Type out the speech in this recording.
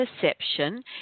perception